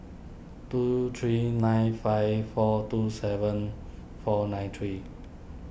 two three nine five four two seven four nine three